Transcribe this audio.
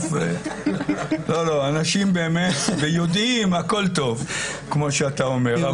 בסוף הכול טוב, כמו שאתה אומר.